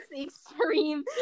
Extreme